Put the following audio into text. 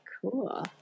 cool